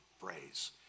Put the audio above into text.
phrase